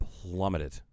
plummeted